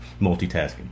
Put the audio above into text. multitasking